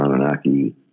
Anunnaki